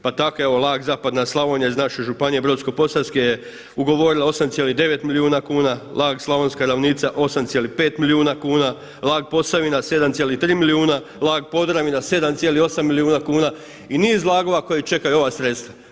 Pa tako evo LAG zapadna Slavonija iz naše Županije brodsko-posavske je ugovorila 8,9 milijuna kuna, LAG Slavonska ravnica 8,5 milijuna kuna, LAG Posavina 7,3 milijuna, LAG Podravina 7,8 milijuna kuna i niz LAG-ova koji čekaju ova sredstva.